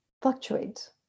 fluctuates